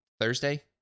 Thursday